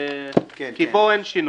כי בו אין שינוי.